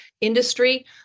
industry